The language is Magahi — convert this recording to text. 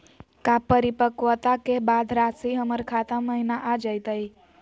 का परिपक्वता के बाद रासी हमर खाता महिना आ जइतई?